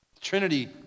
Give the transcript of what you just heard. Trinity